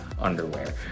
underwear